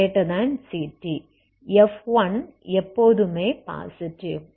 f1 எப்போதுமே positive